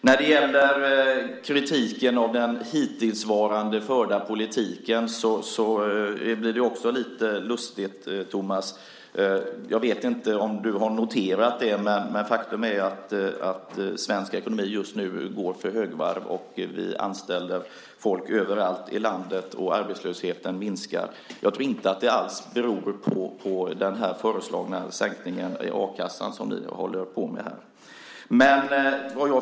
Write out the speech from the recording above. När det gäller kritiken av den hittillsvarande förda politiken blir det också lite lustigt, Tomas. Jag vet inte om du har noterat det, men faktum är att svensk ekonomi just nu går för högvarv. Vi anställer folk överallt i landet, och arbetslösheten minskar. Jag tror inte alls att det beror på den föreslagna sänkning av a-kassan som ni håller på med här.